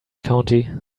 county